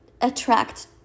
attract